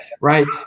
right